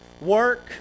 Work